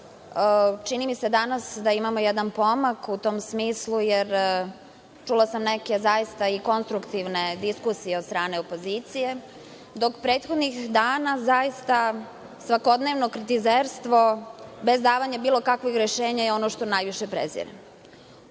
čini mi se danas da imamo jedan pomak u tom smislu jer čula sam neke zaista i konstruktivne diskusije od strane opozicije, dok prethodnih dana zaista svakodnevno kritizerstvo bez davanja bilo kakvih rešenja je ono što najviše prezirem. Od